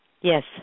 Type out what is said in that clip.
yes